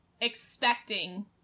expecting